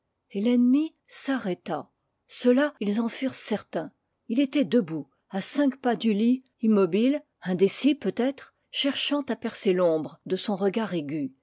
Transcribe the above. et l'ennemi s'arrêta cela ils en furent certains il était debout à cinq pas du lit immobile indécis peut-être cherchant à percer l'ombre de son regard aigu